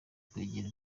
kwegera